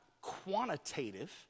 quantitative